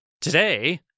Today